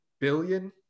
billion